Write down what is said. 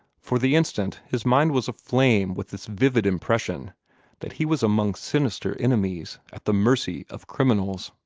for the instant his mind was aflame with this vivid impression that he was among sinister enemies, at the mercy of criminals.